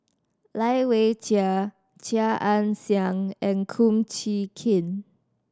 Lai Weijie Chia Ann Siang and Kum Chee Kin